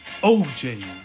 OJ